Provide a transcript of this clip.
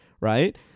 right